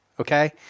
okay